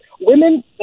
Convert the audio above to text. Women